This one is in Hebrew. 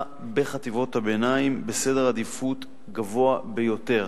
בחטיבות הביניים עומד בעדיפות גבוהה ביותר.